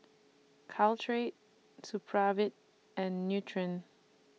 Caltrate Supravit and Nutren